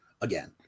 again